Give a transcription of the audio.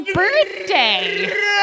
birthday